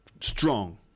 strong